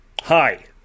Hi